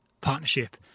partnership